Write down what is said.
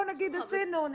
בוא נגיד שעשינו,